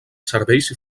serveis